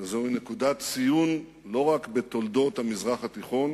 שזוהי נקודת ציון לא רק בתולדות המזרח התיכון